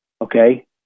okay